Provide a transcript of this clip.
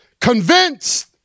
convinced